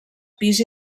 pis